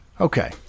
Okay